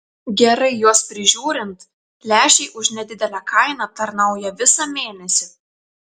gerai juos prižiūrint lęšiai už nedidelę kainą tarnauja visą mėnesį